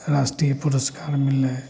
राष्ट्रीय पुरस्कार मिललइ